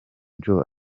joe